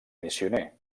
missioner